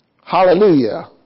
Hallelujah